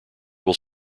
will